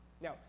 Now